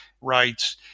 rights